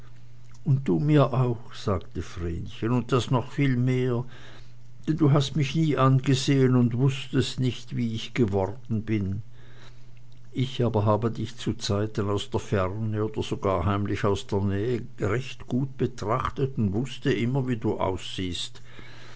und du mir auch sagte vrenchen und das noch viel mehr denn du hast mich nie angesehen und wußtest nicht wie ich geworden bin ich aber habe dich zuzeiten aus der ferne und sogar heimlich aus der nähe recht gut betrachtet und wußte immer wie du aussiehst